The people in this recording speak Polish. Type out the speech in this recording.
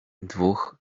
dwóch